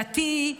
דתי,